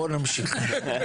בוא נמשיך.